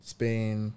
Spain